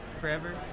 forever